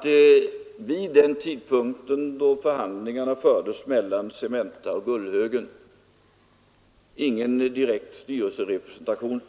Och vid den tidpunkt då förhandlingarna fördes mellan Cementa och Gullhögen hade de anställda ingen direkt representation